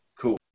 Cool